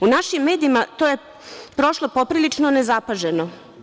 U našim medijima to je prošlo poprilično nezapaženo.